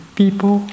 people